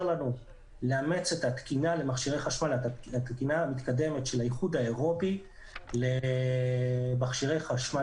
לנו לאמץ את התקינה המתקדמת של האיחוד האירופי למכשירי חשמל